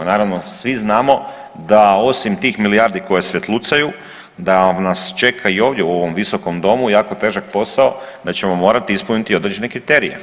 Naravno, svi znamo da osim tih milijardi koje svjetlucaju, da nas čeka i ovdje u ovom visokom Domu jako težak posao, da ćemo morati ispuniti određene kriterije.